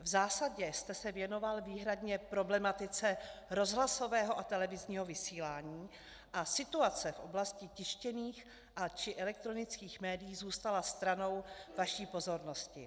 V zásadě jste se věnoval výhradně problematice rozhlasového a televizního vysílání a situace v oblasti tištěných či elektronických médií zůstala stranou vaší pozornosti.